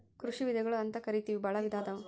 ಕೃಷಿ ವಿಧಗಳು ಅಂತಕರಿತೆವಿ ಬಾಳ ವಿಧಾ ಅದಾವ